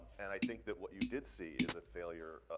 and i think that what you did see is a failure,